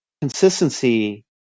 Consistency